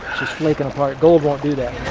flaking apart. gold won't do that.